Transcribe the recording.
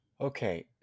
okay